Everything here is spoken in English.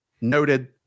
noted